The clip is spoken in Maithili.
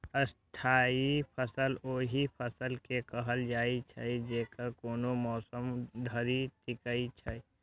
स्थायी फसल ओहि फसल के कहल जाइ छै, जे कोनो मौसम धरि टिकै छै